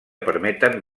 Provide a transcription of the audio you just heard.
permeten